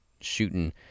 shooting